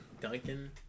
Duncan